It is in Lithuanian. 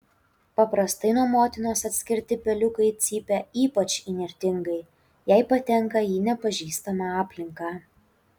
paprastai nuo motinos atskirti peliukai cypia ypač įnirtingai jei patenka į nepažįstamą aplinką